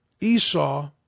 Esau